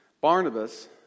Barnabas